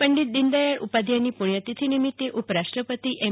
આજે પંડિત દિનદયાળ ઉપાધ્યાયની પુણ્યતિથિ નિમિત્તે ઉપરાષ્ટ્રપતિ એમ